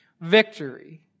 victory